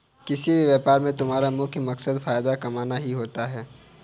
किसी भी व्यापार में तुम्हारा मुख्य मकसद फायदा कमाना ही होता है